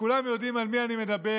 וכולם יודעים על מי אני מדבר,